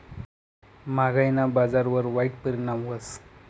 म्हागायीना बजारवर वाईट परिणाम व्हस